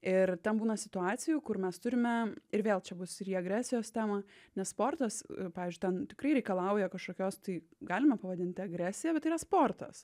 ir ten būna situacijų kur mes turime ir vėl čia bus ir į agresijos temą nes sportas pavyzdžiui ten tikrai reikalauja kažkokios tai galima pavadinti agresija bet yra sportas